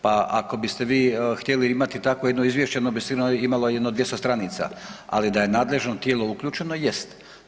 Pa ako biste vi htjeli imati takvo jedno izvješće ono bi sigurno imalo jedno 200 stranica, ali da je nadležno tijelo uključeno jeste.